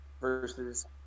versus